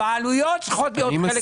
הבעלויות צריכות להיות חלק.